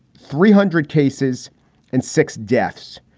three hundred cases and six deaths.